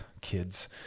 kids